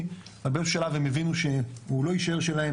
אבל באיזה שהוא שלב הם הבינו שהוא לא יישאר שלהם,